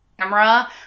camera